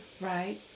right